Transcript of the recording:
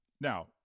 Now